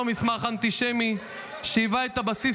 אותו מסמך אנטישמי שהיווה את הבסיס